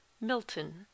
Milton